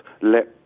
let